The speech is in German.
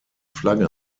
flagge